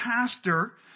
pastor